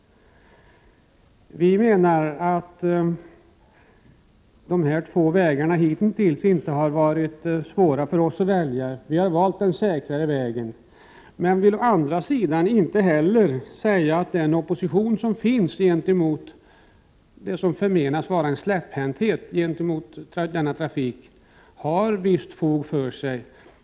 Vi menar att dessa två vägar hitintills inte har varit svåra för oss att välja mellan. Vi har valt den säkrare vägen. Däremot vill vi inte säga att den opposition som finns mot det som anses vara släpphänthet gentemot denna trafik inte har visst fog för sig.